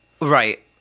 right